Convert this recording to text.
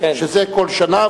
שזה כל שנה,